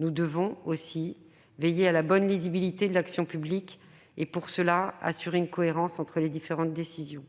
Nous devons aussi veiller à la bonne lisibilité de l'action publique et, pour cela, assurer une cohérence entre les différentes décisions.